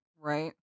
Right